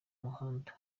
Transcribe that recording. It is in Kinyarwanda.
muhanda